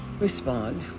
respond